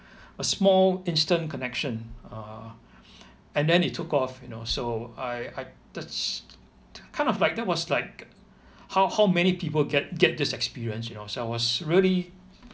a small instant connection uh and then it took off you know so I I that's kind of like that was like how how many people get get this experience you know so I was really